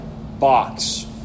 box